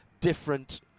different